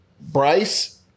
Bryce